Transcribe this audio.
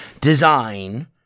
design